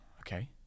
okay